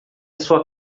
sua